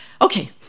okay